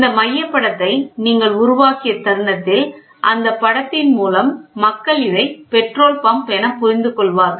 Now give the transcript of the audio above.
இந்த மையப் படத்தை நீங்கள் உருவாக்கிய தருணத்தில் அந்தப் படத்தின் மூலம் மக்கள் இதைப் பெட்ரோல் பம்ப் என புரிந்து கொள்வார்கள்